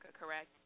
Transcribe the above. correct